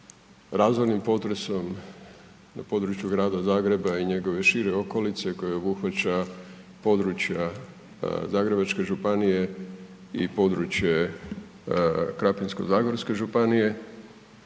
razornim potresom na području Grada Zagreba i njegove šire okolice koje obuhvaća područja Zagrebačke županije i područje Krapinsko-zagorske županije,